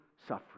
suffering